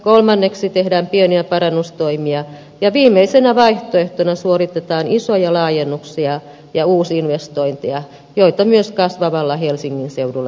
kolmanneksi tehdään pieniä parannustoimia ja viimeisenä vaihtoehtona suoritetaan isoja laajennuksia ja uusinvestointeja joita myös kasvavalla helsingin seudulla tarvitaan